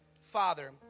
Father